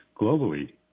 globally